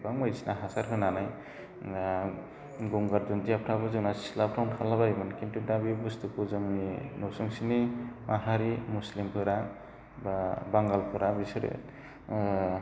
गोबां बायदिसिना हासार होनानै दा गंगार दुनदियाफ्राबो जोंना सिख्लाफ्रावनो थाला बायोमोन खिन्थु दा बे बुस्थुखौ जोंनि नुसुंसेनि माहारि मुस्लिमफोरा बा बांगालफोरा बिसोरो